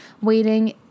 waiting